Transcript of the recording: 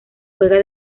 juega